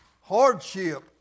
Hardship